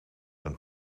een